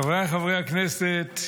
חבריי חברי הכנסת,